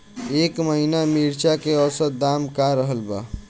एह महीना मिर्चा के औसत दाम का रहल बा?